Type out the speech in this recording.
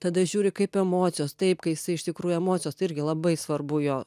tada žiūri kaip emocijos taip kai isai iš tikrųjų emocijos irgi labai svarbu jo